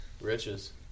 riches